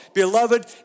Beloved